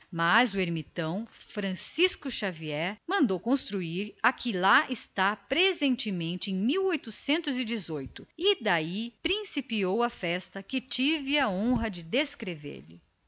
mas o ermitão francisco xavier mandou construir a que lá está presentemente e daí data a festa que tive a honra e